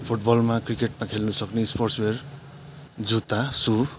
फुटबलमा क्रिकेटमा खेल्न सक्ने स्पोर्ट्सवेर जुत्ता सु